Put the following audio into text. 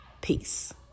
Peace